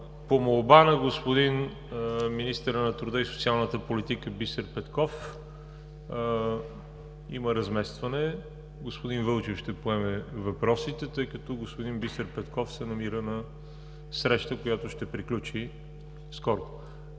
По молба на господин министъра на труда и социалната политика Бисер Петков има разместване. Господин Вълчев ще поеме въпросите, тъй като господин Бисер Петков се намира на среща, която ще приключи скоро.